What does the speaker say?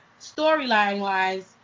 storyline-wise